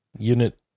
unit